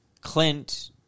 Clint